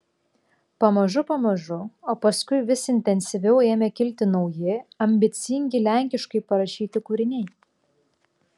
pamažu pamažu o paskui vis intensyviau ėmė kilti nauji ambicingi lenkiškai parašyti kūriniai